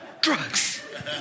drugs